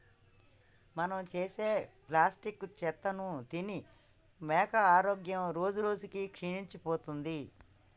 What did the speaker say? మనం వేసే ప్లాస్టిక్ చెత్తను తిని మేకల ఆరోగ్యం రోజురోజుకి క్షీణించిపోతుంది